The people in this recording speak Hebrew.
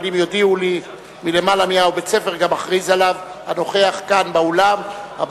אבל אם יודיעו לי מלמעלה מי בית-הספר הנוכח באולם גם אכריז עליו,